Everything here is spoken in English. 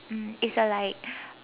um it's a like